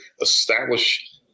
establish